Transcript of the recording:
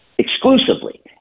exclusively